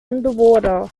underwater